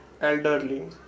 elderly